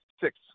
six